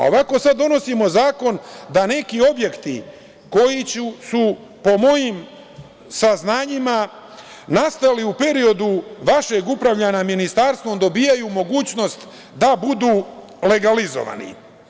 A ovako sad donosimo zakon da neki objekti koji su, po mojim saznanjima, nastali u periodu vašeg upravljanja ministarstvom, dobijaju mogućnost da budu legalizovani.